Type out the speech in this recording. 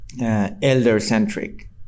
elder-centric